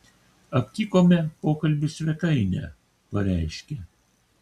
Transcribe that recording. aptikome pokalbių svetainę pareiškė